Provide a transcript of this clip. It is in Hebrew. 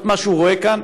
את מה שהוא רואה כאן,